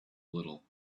little